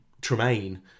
Tremaine